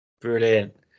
brilliant